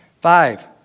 Five